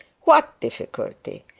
what difficulty?